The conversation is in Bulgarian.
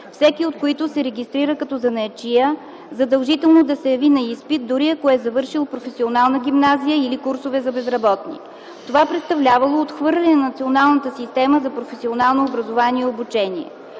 всеки от които се регистрира като занаятчия, задължително да се яви на изпит, дори ако е завършил професионална гимназия или курсове за безработни. Това представлявало отхвърляне на националната система за професионално образование и обучение.